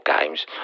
games